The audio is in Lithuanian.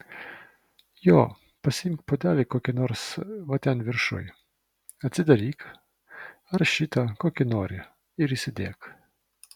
jo pasiimk puodelį kokį nors va ten viršuj atsidaryk ar šitą kokį nori ir įsidėk